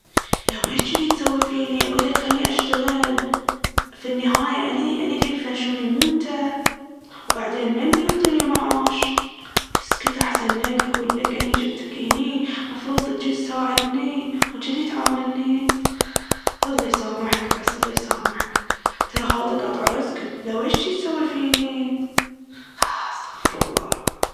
لويش جذي تسوي فيني؟ أقول ليك خلني أشتغل. في النهاية اني اللي بيفنشوني مو انته. وبعدين مين بيعطيني معاش؟ اسكت احسن ليك أقول ليك اني جبتك هني، مفروض تجي تساعدني، وجذي تعاملني؟ الله يسامحك بس الله يسامحك. ترا هذا قطع رزق، لويش جذي تسوي فيني؟ استغفر الله.